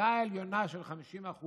המדרגה העליונה של 50%